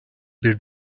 bir